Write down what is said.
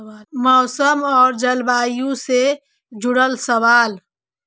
मौसम और जलवायु से जुड़ल सवाल?